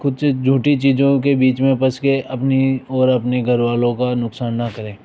कुछ झूठी चीज़ों के बीच में फंस कर अपनी और अपनी घरवालों का नुक्सान ना करें